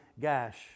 Gash